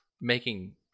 making-